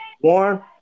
one